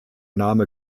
name